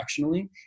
directionally